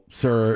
sir –